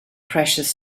precious